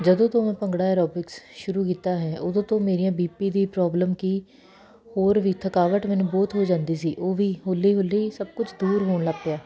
ਜਦੋਂ ਤੋਂ ਮੈਂ ਭੰਗੜਾ ਐਰੋਬਿਕਸ ਸ਼ੁਰੂ ਕੀਤਾ ਹੈ ਉਦੋਂ ਤੋਂ ਮੇਰੀਆਂ ਬੀਪੀ ਦੀ ਪ੍ਰੋਬਲਮ ਕੀ ਹੋਰ ਵੀ ਥਕਾਵਟ ਮੈਨੂੰ ਬਹੁਤ ਹੋ ਜਾਂਦੀ ਸੀ ਉਹ ਵੀ ਹੌਲੀ ਹੌਲੀ ਸਭ ਕੁਝ ਦੂਰ ਹੋਣ ਲੱਗ ਪਿਆ